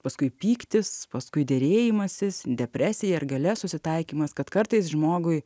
paskui pyktis paskui derėjimasis depresija ir gale susitaikymas kad kartais žmogui